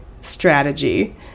strategy